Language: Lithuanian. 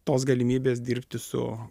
tos galimybės dirbti su